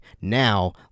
now